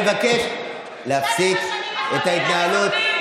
אני מבקש להפסיק את ההתנהלות,